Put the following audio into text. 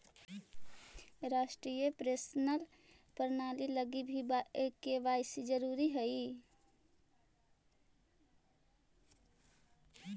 राष्ट्रीय पेंशन प्रणाली लगी भी के.वाए.सी जरूरी हई